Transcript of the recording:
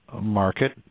market